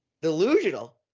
Delusional